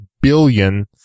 billion